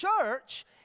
church